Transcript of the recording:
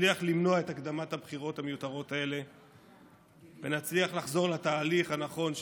נצליח למנוע את הקדמת הבחירות המיותרות האלה ונצליח לחזור לתהליך הנכון,